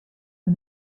the